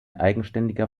eigenständiger